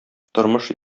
тормыш